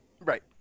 right